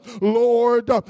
Lord